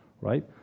right